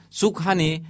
sukhani